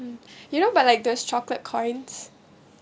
mm you know but like there's chocolate coins